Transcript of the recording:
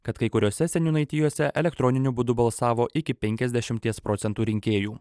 kad kai kuriose seniūnaitijose elektroniniu būdu balsavo iki penkiasdešimties procentų rinkėjų